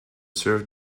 served